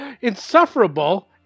Insufferable